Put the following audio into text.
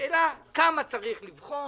השאלה, כמה צריך לבחון,